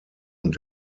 und